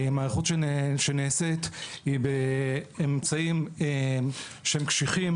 ההיערכות שנעשית היא באמצעים שהם קשיחים